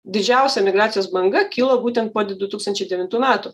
didžiausia emigracijos banga kilo būtent po du tūkstančiai devintų metų